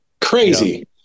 Crazy